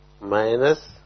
Minus